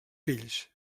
fills